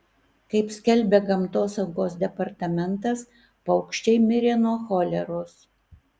kaip skelbia gamtosaugos departamentas paukščiai mirė nuo choleros